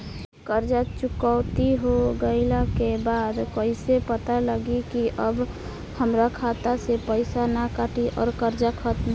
कर्जा चुकौती हो गइला के बाद कइसे पता लागी की अब हमरा खाता से पईसा ना कटी और कर्जा खत्म?